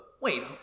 Wait